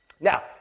Now